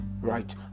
right